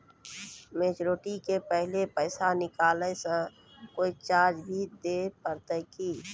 Maturity के पहले पैसा निकालै से कोनो चार्ज भी देत परतै की?